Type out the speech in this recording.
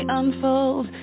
unfold